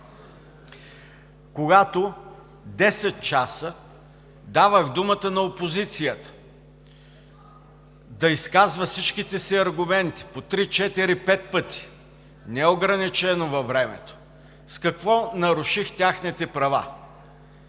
когато 10 часа давах думата на опозицията да изказва всичките си аргументи – по три, четири, пет пъти, неограничено във времето?! С какво наруших техните права?!